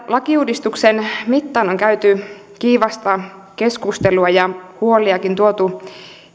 lakiuudistuksen mittaan on käyty kiivasta keskustelua ja huoliakin tuotu